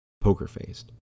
poker-faced